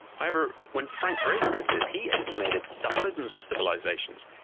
however, when frank drake did this, he estimated thousands of civilisations,